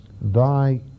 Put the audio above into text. thy